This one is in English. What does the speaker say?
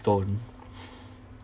don't